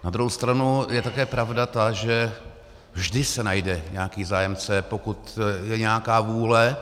Na druhou stranu je také pravda ta, že vždy se najde nějaký zájemce, pokud je nějaká vůle.